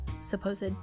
supposed